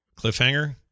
cliffhanger